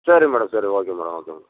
சரி மேடம் சரி okay madam okay madam